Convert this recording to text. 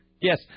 Yes